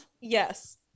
Yes